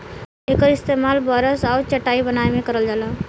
एकर इस्तेमाल बरस आउर चटाई बनाए में करल जाला